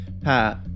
Pat